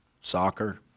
soccer